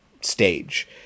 stage